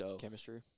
Chemistry